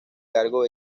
cargo